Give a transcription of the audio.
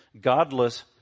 godless